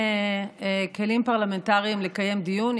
לגברתי יש כלים פרלמנטריים לקיים דיון.